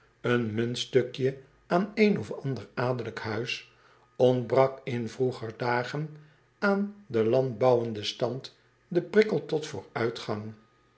een muntstukje aan een of ander adellijk huis ontbrak in vroeger dagen aan den landbouwenden stand de prikkel tot vooruitgang